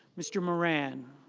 mr. moran